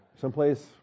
someplace